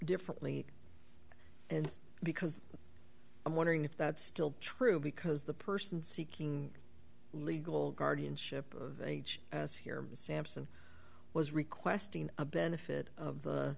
differently and because i'm wondering if that's still true because the person seeking legal guardianship age as here sampson was requesting a benefit of the